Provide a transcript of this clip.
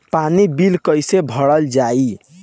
पानी बिल कइसे भरल जाई?